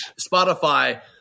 Spotify